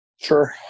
Sure